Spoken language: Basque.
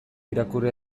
irakurri